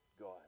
God